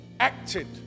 acted